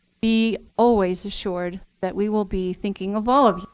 be always assured that we will be thinking of all of you